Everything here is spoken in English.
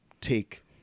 take